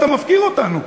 אתה מפקיר אותנו.